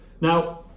Now